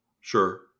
Sure